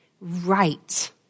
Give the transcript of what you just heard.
right